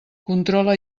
controla